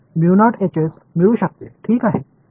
तर मला मिळू शकते ठीक आहे